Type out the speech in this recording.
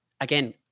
again